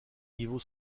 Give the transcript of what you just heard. niveau